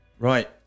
Right